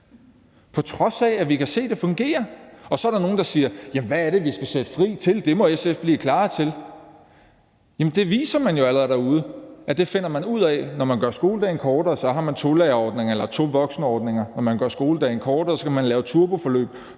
på trods af at vi kan se, det fungerer. Så er der nogen, der spørger: Jamen hvad er det, vi skal sætte fri til? Det må SF blive klarere i forhold til. Det viser man jo allerede derude at man finder ud af: Når man gør skoledagen kortere, har man tolærerordninger eller tovoksenordninger; når man gør skoledagen kortere, kan man lave turboforløb;